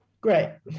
Great